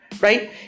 right